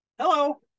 Hello